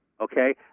okay